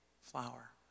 flower